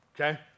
okay